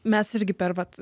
mes irgi per vat